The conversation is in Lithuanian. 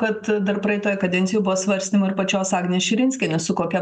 kad dar praeitą kadencijoj buvo svarstymų ir pačios agnės širinskienės su kokia